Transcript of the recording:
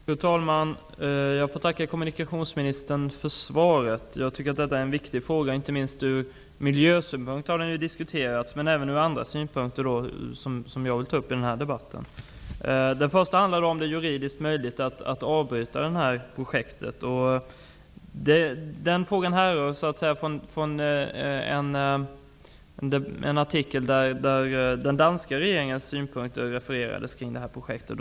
Fru talman! Jag får tacka kommunikationsministern för svaret. Jag tycker att detta är en viktig fråga. Förbindelsen har inte minst diskuterats ur miljösynpunkt, men även ur andra synpunkter. Några av dem vill jag ta upp i denna debatt. Den första frågan gällde om det är juridiskt möjligt att avbryta projektet. Frågan härrör från en artikel där den danska regeringens synpunkter kring projektet refererades.